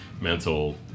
mental